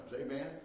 Amen